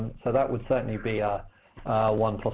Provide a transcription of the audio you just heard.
so that would certainly be ah one